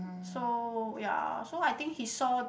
so ya so I think he saw